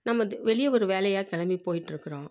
நம்ம வந்து வெளியே ஒரு வேலையாக கிளம்பி போயிட்டிருக்குறோம்